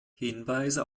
hinweise